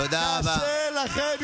קשה לכם,